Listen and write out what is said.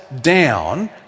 down